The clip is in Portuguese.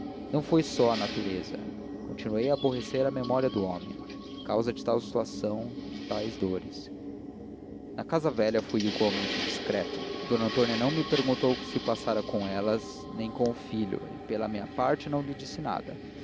não foi só a natureza continuei a aborrecer a memória do homem causa de tal situação e de tais dores na casa velha fui igualmente discreto d antônia não me perguntou o que se passara com elas nem com o filho e pela minha parte não lhe disse nada